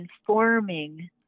informing